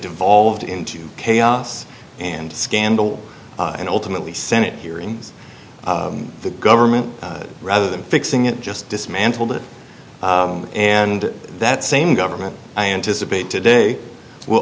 devolved into chaos and scandal and ultimately senate hearings the government rather than fixing it just dismantled it and that same government i anticipate today will